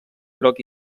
groc